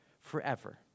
forever